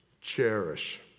cherish